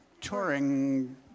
touring